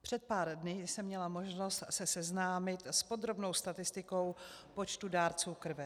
Před pár dny jsem měla možnost se seznámit s podrobnou statistikou počtu dárců krve.